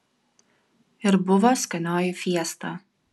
ir buvo skanioji fiesta